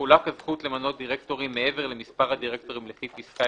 תחולק הזכות למנות דירקטורים מעבר למספר הדירקטורים לפי פסקה